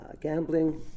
gambling